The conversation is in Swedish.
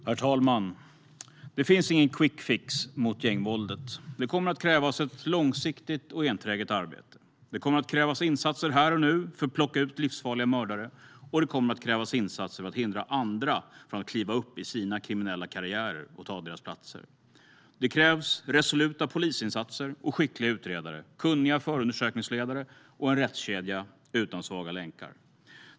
Herr talman! Det finns ingen quickfix mot gängvåldet. Det kommer att krävas ett långsiktigt och enträget arbete. Det kommer att krävas insatser här och nu för att plocka ut livsfarliga mördare, och det kommer att krävas insatser för att hindra andra från att kliva upp i sina kriminella karriärer och ta deras platser. Det krävs resoluta polisinsatser och skickliga utredare, kunniga förundersökningsledare och en rättskedja utan svaga länkar.